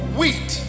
wheat